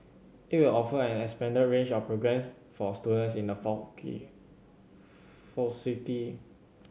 it will offer an expanded range of programmes for students in the faculty